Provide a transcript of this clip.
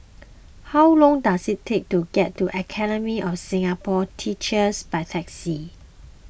how long does it take to get to Academy of Singapore Teachers by taxi